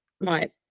Right